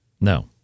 No